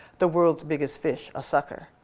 the world's biggest fish a sucker.